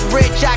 rich